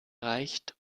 reicht